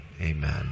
amen